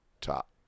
top